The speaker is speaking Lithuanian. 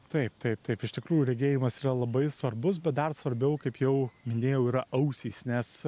taip taip taip iš tikrųjų regėjimas yra labai svarbus bet dar svarbiau kaip jau minėjau yra ausys nes